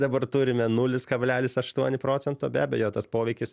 dabar turime nulis kablelis aštuoni procento be abejo tas poveikis